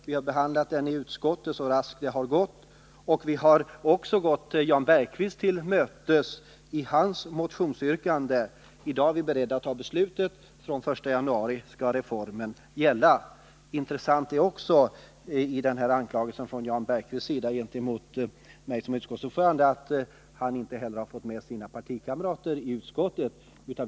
Vi har behandlat den i utskottet så raskt det har gått, och vi har också gått Jan Bergqvist till mötes i hans motionsyrkande. I dag är vi beredda att fatta beslutet, och reformen skall gälla från den 1 januari. En annan sak som är intressant i fråga om denna anklagelse från Jan Bergqvist gentemot mig som utskottsordförande är att han inte fått sina partikamrater i utskottet med sig.